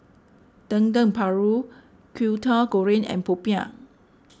Dendeng Paru Kwetiau Goreng and Popiah